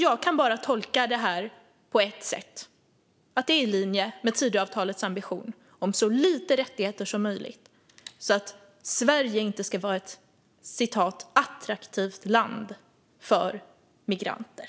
Jag kan bara tolka detta på ett sätt: att det är i linje med Tidöavtalets ambition om så lite rättigheter som möjligt så att Sverige inte ska vara ett "attraktivt land för migranter".